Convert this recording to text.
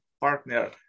partner